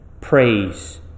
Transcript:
praise